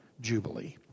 jubilee